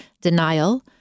denial